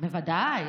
בוודאי.